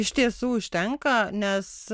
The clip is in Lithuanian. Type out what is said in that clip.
iš tiesų užtenka nes